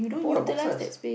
fold the boxes